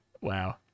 Wow